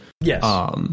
Yes